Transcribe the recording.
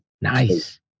Nice